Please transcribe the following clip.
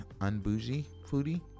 UnbougieFoodie